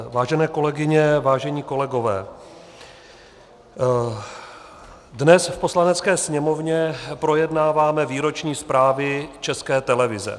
Vážené kolegyně, vážení kolegové, dnes v Poslanecké sněmovně projednáváme výroční zprávy České televize.